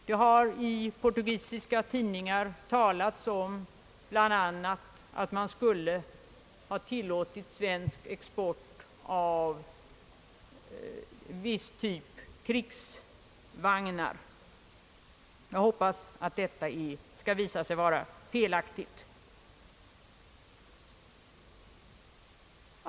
Det har i portugisiska tidningar talats om att man bl.a. skulle ha tillåtit svensk export av viss typ av krigsvagnar. Jag hoppas att detta skall visa sig vara felaktigt.